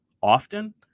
often